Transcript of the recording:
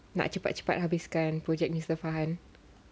nak cepat-cepat habiskan project sir farhan